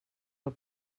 del